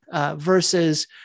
Versus